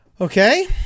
Okay